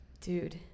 dude